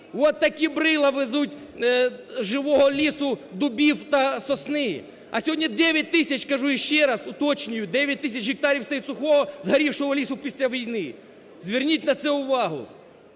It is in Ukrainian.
от такі брила везуть живого лісу, дубів та сосни. А сьогодні 9 тисяч, кажу ще раз, уточнюю, 9 тисяч гектарів стоїть сухого згорівшого лісу після війни, зверніть на це увагу.